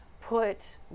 put